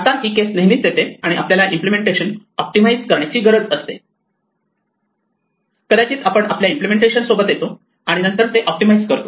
आता ही केस नेहमीच येते जिथे आपल्याला इम्प्लिमेंटेशन ऑप्टिमाइझ करण्याची गरज असते कदाचित आपण अपुऱ्या इम्पलेमेंटेशन सोबत येतो आणि नंतर ते ऑप्टिमाइझ करतो